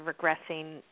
regressing